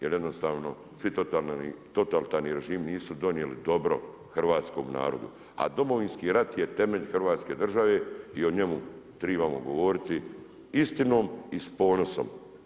Jer jednostavno svi totalitarni režimi nisu donijeli dobro hrvatskom narodu, a Domovinski rat je temelj Hrvatske države i o njemu tribamo govoriti istinom i s ponosom.